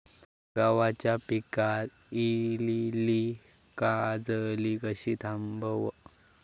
गव्हाच्या पिकार इलीली काजळी कशी थांबव?